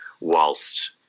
Whilst